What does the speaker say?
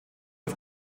auf